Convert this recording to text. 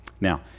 Now